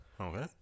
Okay